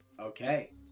Okay